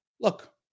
look